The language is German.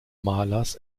malers